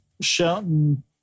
shouting